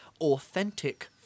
authentic